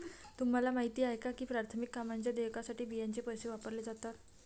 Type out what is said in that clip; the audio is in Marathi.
तुम्हाला माहिती आहे का की प्राथमिक कामांच्या देयकासाठी बियांचे पैसे वापरले जातात?